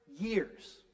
years